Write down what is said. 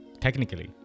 technically